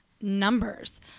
numbers